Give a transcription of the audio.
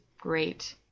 great